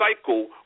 cycle